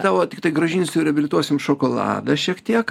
tavo tiktai grąžinsiu reabilituosim šokoladą šiek tiek